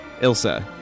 Ilsa